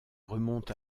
remonte